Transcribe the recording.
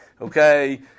Okay